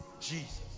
jesus